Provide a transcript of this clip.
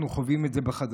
אנחנו חווים את זה בחדשות.